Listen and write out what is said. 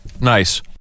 Nice